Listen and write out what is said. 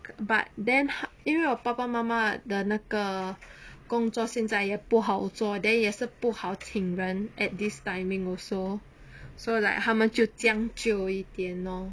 but then 他因为我爸爸妈妈的那个工作现在也不好做 then 也是不好请人 at this timing also so like 他们就将就一点 lor